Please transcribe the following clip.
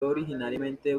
originariamente